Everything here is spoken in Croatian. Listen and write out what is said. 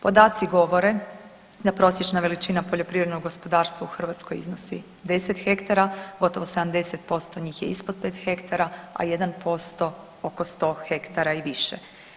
Podaci govore da prosječna veličina poljoprivrednog gospodarstva u Hrvatskoj iznosi 10 hektara, gotovo 70% njih je ispod 5 hektara, a 1% oko 100 hektara i više.